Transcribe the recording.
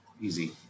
Easy